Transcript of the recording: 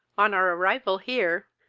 on our arrival here,